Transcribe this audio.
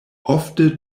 ofte